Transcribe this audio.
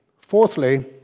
Fourthly